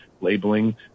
labeling